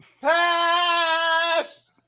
Pass